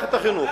במערכת החינוך.